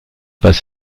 pas